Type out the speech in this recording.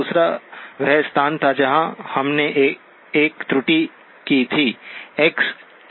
दूसरा वह स्थान था जहाँ हमने एक त्रुटि की थी xδxδ